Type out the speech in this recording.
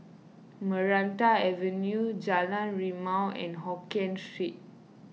Maranta Avenue Jalan Rimau and Hokien Street